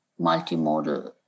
multimodal